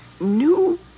New